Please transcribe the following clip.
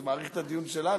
זה מאריך את הדיון שלנו.